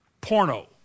porno